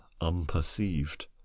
unperceived